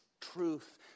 truth